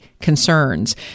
concerns